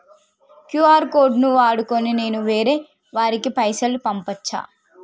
QR code ను వాడుకొని నేను వేరే వారికి పైసలు పంపచ్చా?